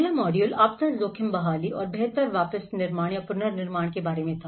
पहला मॉड्यूल आपदा जोखिम बहालीऔर बेहतर वापस निर्माण के बारे में था